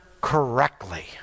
correctly